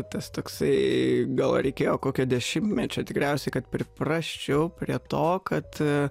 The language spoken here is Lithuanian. tas toksai gal reikėjo kokio dešimtmečio tikriausiai kad priprasčiau prie to kad